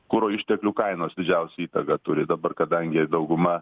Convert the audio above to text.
kuro išteklių kainos didžiausią įtaką turi dabar kadangi dauguma